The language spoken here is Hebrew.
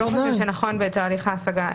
אנחנו לא חושבים שנכון בתהליך ההשגה.